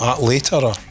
later